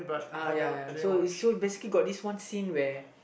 uh ya ya so so basically got this one scene where